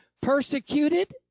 Persecuted